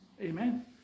Amen